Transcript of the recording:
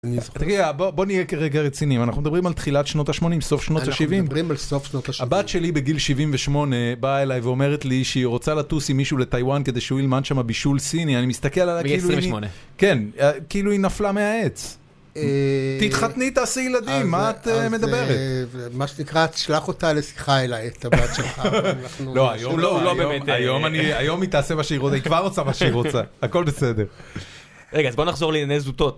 תגיד, בוא נהיה כרגע רציני, אנחנו מדברים על תחילת שנות ה-80, סוף שנות ה-70. אנחנו מדברים על סוף שנות ה-70. הבת שלי בגיל 78 באה אליי ואומרת לי שהיא רוצה לטוס עם מישהו לטיוואן כדי שהוא ילמד שם בישול סיני. אני מסתכל על ה... בגיל 28. כן, כאילו היא נפלה מהעץ. תתחתני, תעשה ילדים, מה את מדברת? מה שנקרא, תשלח אותה לשיחה אליי, את הבת שלך. לא, היום לא באמת, היום היא תעשה מה שהיא רוצה, היא כבר רוצה מה שהיא רוצה, הכל בסדר. רגע, אז בוא נחזור לענייני זוטות.